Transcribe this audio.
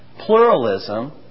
pluralism